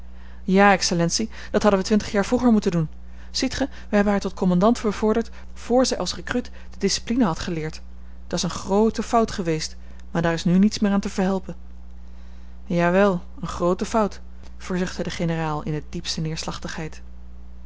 ja excellentie dat hadden we twintig jaar vroeger moeten doen ziet ge we hebben haar tot commandant bevorderd vr zij als recruut de discipline had geleerd dat's een groote fout geweest maar daar is nu niets meer aan te verhelpen ja wèl een groote fout verzuchtte de generaal in de diepste neerslachtigheid